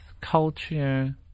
culture